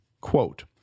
Quote